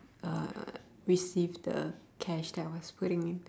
uh receive the cash that I was putting in